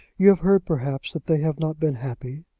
you have heard, perhaps, that they have not been happy?